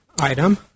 item